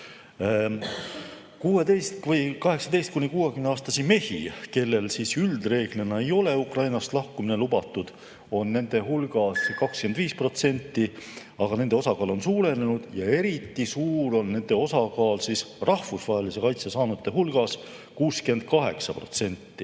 18–60-aastaseid mehi, kellel reeglina ei ole Ukrainast lahkumine lubatud, on nende hulgas 25%, aga nende osakaal on suurenenud. Eriti suur on nende osakaal rahvusvahelise kaitse saanute hulgas, 68%.